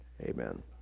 Amen